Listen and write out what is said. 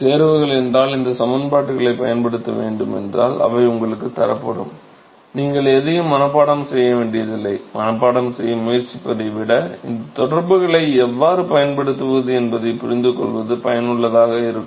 தேர்வுகள் என்றால் இந்த சமன்பாடுகளைப் பயன்படுத்த வேண்டும் என்றால் அவை உங்களுக்குத் தரப்படும் நீங்கள் எதையும் மனப்பாடம் செய்ய வேண்டியதில்லை மனப்பாடம் செய்ய முயற்சிப்பதை விட இந்த தொடர்புகளை எவ்வாறு பயன்படுத்துவது என்பதைப் புரிந்துகொள்வது பயனுள்ளதாக இருக்கும்